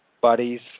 buddies